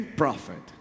prophet